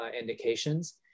indications